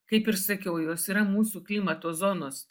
kaip ir sakiau jos yra mūsų klimato zonos